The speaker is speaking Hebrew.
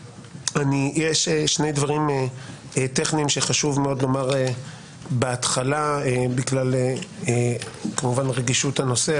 יש שני דברים טכניים שחשוב מאוד לומר בהתחלה בגלל רגישות הנושא,